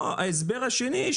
ההסבר השני,